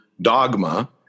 dogma